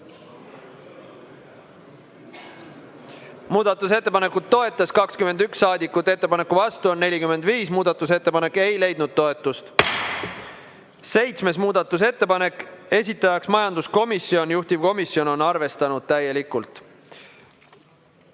Muudatusettepanekut toetas 21 saadikut, ettepaneku vastu on 45. Muudatusettepanek ei leidnud toetust. Seitsmes muudatusettepanek, esitaja majanduskomisjon, juhtivkomisjon on arvestanud täielikult.